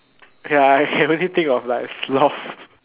ya I can only think of like sloth